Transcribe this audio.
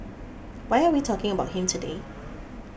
why are we talking about him today